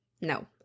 no